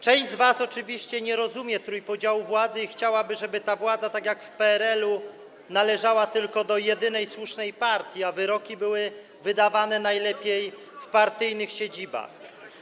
Część z was oczywiście nie rozumie zasady trójpodziału władzy i chciałaby, żeby władza tak jak w PRL-u należała tylko do jedynej słusznej partii, a wyroki były wydawane najlepiej w partyjnych siedzibach.